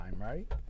right